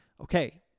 okay